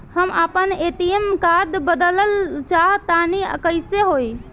हम आपन ATM card बदलल चाह तनि कइसे होई?